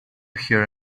here